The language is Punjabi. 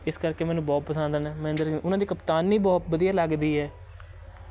ਇਸ ਕਰਕੇ ਮੈਨੂੰ ਬਹੁਤ ਪਸੰਦ ਹਨ ਮਹਿੰਦਰ ਉਹਨਾਂ ਦੀ ਕਪਤਾਨੀ ਬਹੁਤ ਵਧੀਆ ਲੱਗਦੀ ਹੈ